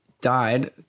died